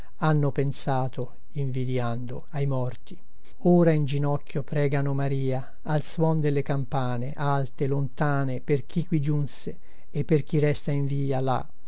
hanno pensato invidïando ai morti ora in ginocchio pregano maria al suon delle campane alte lontane per chi qui giunse e per chi resta in via là